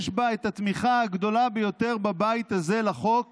בה התמיכה הגדולה ביותר בבית הזה לחוק